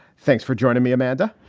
thanks for joining me, amanda.